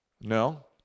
No